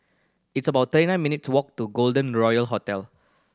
it's about thirty nine minute to walk to Golden Royal Hotel